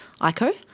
ICO